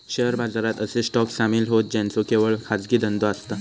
share बाजारात असे stock सामील होतं ज्यांचो केवळ खाजगी धंदो असता